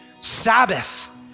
Sabbath